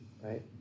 right